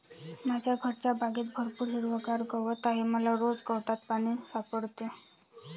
माझ्या घरच्या बागेत भरपूर हिरवागार गवत आहे मला रोज गवतात पाणी सापडते